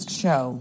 show